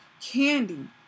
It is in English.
candy